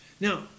Now